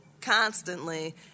constantly